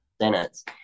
sentence